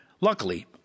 Luckily